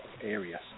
areas